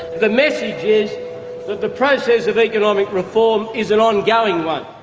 the message is that the process of economic reform is an ongoing one.